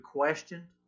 questioned